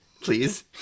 please